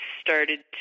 started